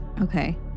Okay